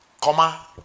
comma